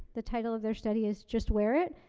the title of their study is just wear it,